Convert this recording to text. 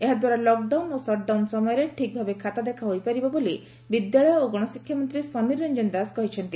ଏହା ଦ୍ୱାରା ଲକ୍ଡାଉନ ଓ ସଟ୍ଡାଉନ୍ ସମୟରେ ଠିକ୍ ଭାବେ ଖାତା ଦେଖା ହୋଇପାରିବ ବିଦ୍ୟାଳୟ ଓ ଗଣଶିକ୍ଷାମନ୍ତୀ ସମୀର ରଂକନ ଦାସ କହିଛନ୍ତି